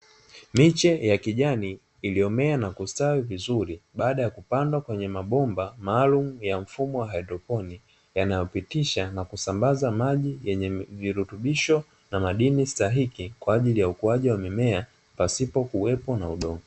Miche ya kijani iliyomea na kustawi vizuri baada ya kupandwa kwenye mabomba maalumu ya mfumo haidroponi, yanayopitisha na kusambaza maji yenye virutubisho na madini stahiki kwa ajili ya ukuaji wa mimea pasipo kuwepo na udongo.